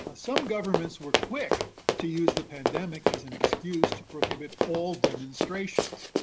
some governments were quick to use the pandemic as an excuse to prohibit all demonstrations.